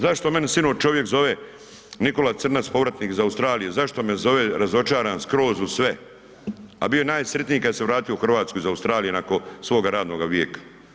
Zašto mene sinoć čovjek zove Nikola Crnac povratnik iz Australije zašto me zove razočaran skroz u sve, a bio je najsretniji kada se vratio u Hrvatsku iz Australije nakon svoga radnoga vijeka?